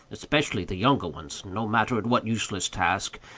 especially the younger ones, no matter at what useless task,